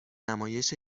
نمایش